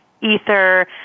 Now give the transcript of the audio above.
ether